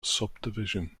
subdivision